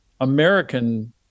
American